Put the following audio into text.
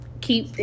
keep